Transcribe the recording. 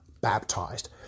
baptized